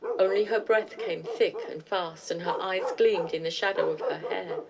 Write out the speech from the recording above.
only her breath came thick and fast, and her eyes gleamed in the shadow of her hair.